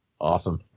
awesome